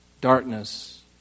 darkness